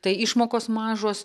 tai išmokos mažos